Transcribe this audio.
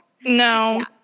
no